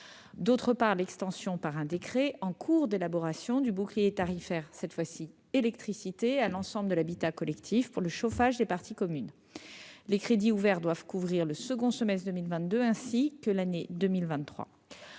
également l'extension, par un décret en cours d'élaboration, du bouclier tarifaire électricité à l'ensemble de l'habitat collectif pour le chauffage des parties communes. Les crédits ouverts doivent couvrir le second semestre 2022, ainsi que l'année 2023.